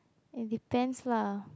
it depends lah